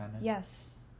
Yes